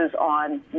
on